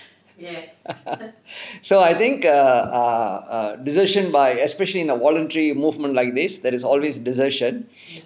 so I think err err err err desertion by especially in a voluntary movement like this there is always desertion